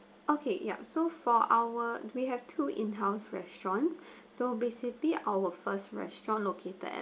okay yup so for our we have two in house restaurants so basically our first restaurant located at